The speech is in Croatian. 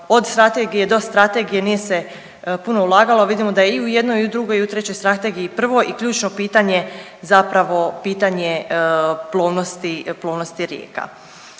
od strategije do strategije nije se puno ulagalo, vidimo da je i u jednoj i u drugoj i u trećoj strategiji prvo i ključno pitanje zapravo pitanje plovnosti rijeka.